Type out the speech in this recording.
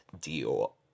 deal